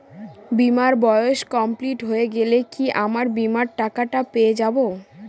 বীমার বয়স কমপ্লিট হয়ে গেলে কি আমার বীমার টাকা টা পেয়ে যাবো?